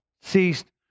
ceased